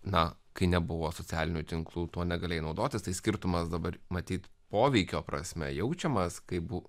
na kai nebuvo socialinių tinklų tuo negalėjo naudotis tai skirtumas dabar matyt poveikio prasme jaučiamas kai bū